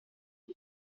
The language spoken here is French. été